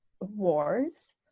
wars